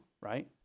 right